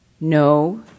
No